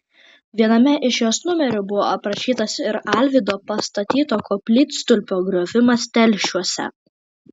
viename iš jos numerių buvo aprašytas ir alvydo pastatyto koplytstulpio griovimas telšiuose